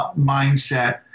mindset